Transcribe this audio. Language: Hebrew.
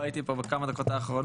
לא הייתי פה בדקות האחרונות,